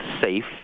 safe